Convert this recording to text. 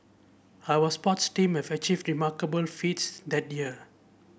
our sports team have achieved remarkable feats that year